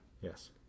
yes